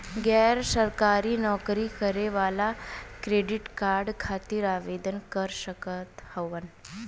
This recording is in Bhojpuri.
गैर सरकारी नौकरी करें वाला क्रेडिट कार्ड खातिर आवेदन कर सकत हवन?